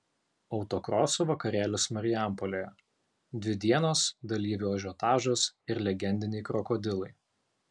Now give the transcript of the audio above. autokroso vakarėlis marijampolėje dvi dienos dalyvių ažiotažas ir legendiniai krokodilai